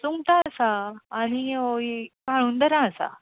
सुंगटां आसा आनी काळुंदरां आसा